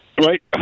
Right